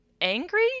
angry